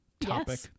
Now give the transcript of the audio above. topic